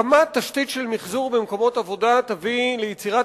הקמת תשתית של מיחזור במקומות העבודה תביא ליצירת